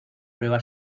prueba